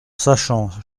sachant